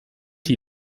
die